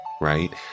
right